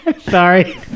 Sorry